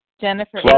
Jennifer